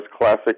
classic